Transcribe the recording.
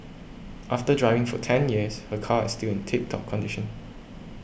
after driving for ten years her car is still in tip top condition